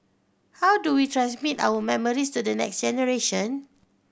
how do we transmit our memories to the next generation